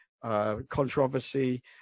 Controversy